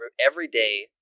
everyday